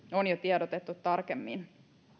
on jo tiedotettu tarkemmin